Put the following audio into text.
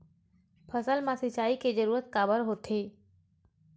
फसल मा सिंचाई के जरूरत काबर होथे?